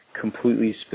completely